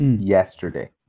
yesterday